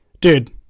Dude